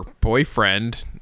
boyfriend